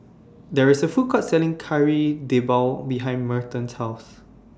There IS A Food Court Selling Kari Debal behind Merton's House